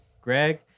greg